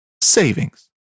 savings